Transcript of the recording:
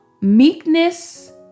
meekness